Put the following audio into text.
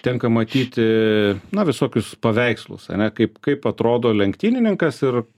tenka matyti na visokius paveikslus ane kaip kaip atrodo lenktynininkas ir